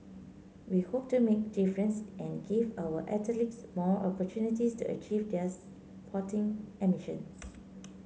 we hope to make difference and give our athletes more opportunities to achieve their sporting ambitions